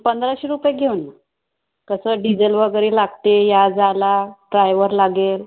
पंधराशे रुपये घेऊ ना कसं डिझेल वगैरे लागते या जायला ड्रायवर लागेल